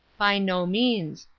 by no means.